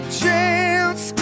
chance